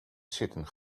zitten